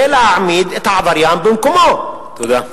זה להעמיד את העבריין במקומו, תודה.